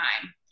time